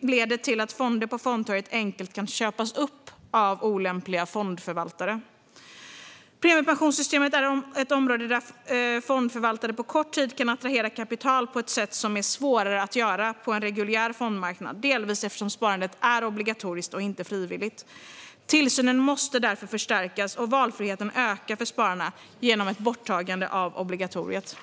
leder till att fonder på fondtorget enkelt kan köpas upp av olämpliga fondförvaltare. Premiepensionssystemet är ett område där fondförvaltare på kort tid kan attrahera kapital på ett sätt som är svårare att genomföra på en reguljär fondmarknad, delvis eftersom sparandet är obligatoriskt och inte frivilligt. Tillsynen måste därför förstärkas och valfriheten öka för spararna genom ett borttagande av obligatoriet.